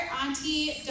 auntie